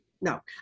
No